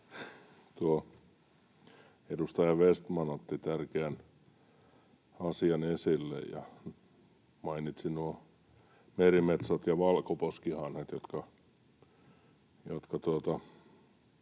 Edustaja Vestman otti tärkeän asian esille ja mainitsi merimetsot ja valkoposkihanhet, jotka